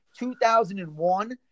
2001